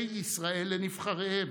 ויודעים זאת חברי ועדת החוץ והביטחון.